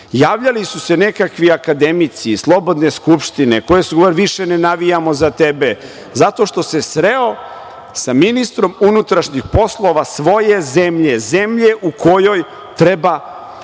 Javljali su se nekakvi akademici, slobodne skupštine koje su, više ne navijamo za tebe zato što se sreo sa ministrom unutrašnjih poslova svoje zemlje, zemlje u kojoj treba